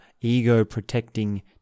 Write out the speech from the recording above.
ego-protecting